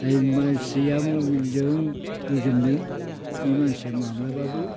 जाय मानसिया मबाइलजों गोजोमदों बे मानसिया माब्लाबाबो